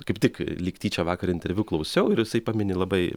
kaip tik lyg tyčia vakar interviu klausiau ir jisai pamini labai